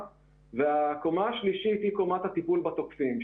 הקומה השלישית היא קומת הטיפול בתוקפים.